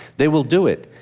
they will do it.